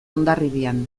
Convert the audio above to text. hondarribian